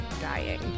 dying